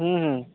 हूँ हूँ